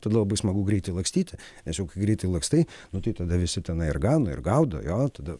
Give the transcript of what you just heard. tada labai smagu greitai lakstyti nes juk kai greitai lakstai nu tai tada visi tenai ir gano ir gaudo jo tada